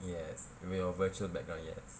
yes your virtual background yes